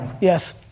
Yes